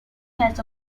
has